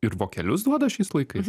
ir vokelius duoda šiais laikais